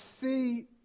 see